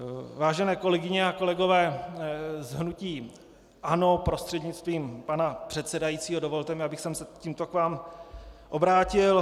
Vážené kolegyně a kolegové z hnutí ANO prostřednictvím pana předsedajícího, dovolte mi, abych se tímto k vám obrátil.